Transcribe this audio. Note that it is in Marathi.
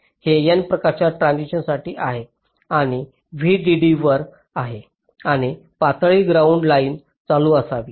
हे n प्रकार ट्रान्झिस्टरसाठी आहे आणि V DD वर आहे आणि तळाशी ग्राउंड लाइन चालू असावी